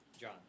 John